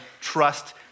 trust